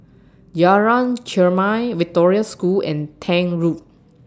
Jalan Chermai Victoria School and Tank Road